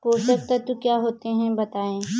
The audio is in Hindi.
पोषक तत्व क्या होते हैं बताएँ?